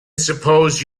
suppose